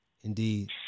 Indeed